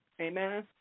Amen